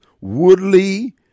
Woodley